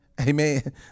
Amen